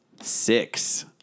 Six